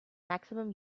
maximum